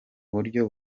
buryo